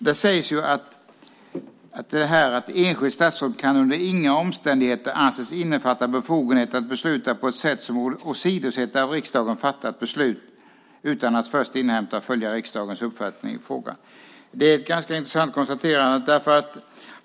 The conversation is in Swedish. Det sägs att den beslutsbefogenhet som "tillkommer ett enskilt statsråd kan under inga omständigheter anses innefatta befogenhet att besluta på ett sätt som åsidosätter av riksdagen fattat beslut utan att först inhämta och följa riksdagens uppfattning i frågan". Det är ett ganska intressant konstaterande.